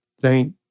Thank